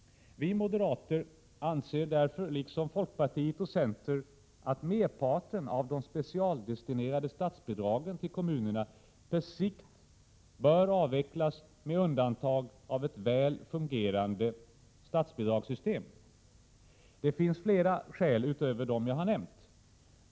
Vi moderater anser därför liksom folkpartiet och centern att merparten av de specialdestinerade statsbidragen till kommunerna på sikt bör avvecklas med undantag av ett väl fungerande skatteutjämningssystem. Det finns flera skäl utöver dem som jag har nämnt.